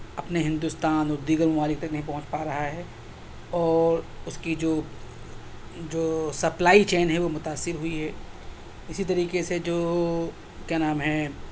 اپنے ہندوستان اور دیگر ممالک تک نہیں پہنچ پا رہا ہے اور اِس کی جو جو سپلائی چین ہے وہ متاثر ہوئی ہے اِسی طریقے سے جو کیا نام ہے